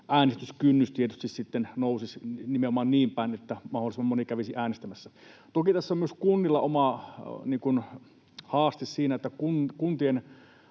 äänestyskynnys tietysti sitten laskisi, niin että mahdollisimman moni kävisi äänestämässä. Toki tässä on myös kunnilla oma haaste siinä, että kuntien